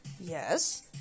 yes